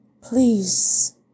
Please